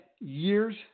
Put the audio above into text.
years